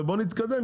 ובואו נתקדם,